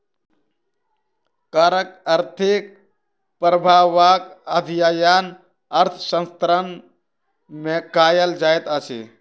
करक आर्थिक प्रभावक अध्ययन अर्थशास्त्र मे कयल जाइत अछि